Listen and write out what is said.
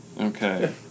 Okay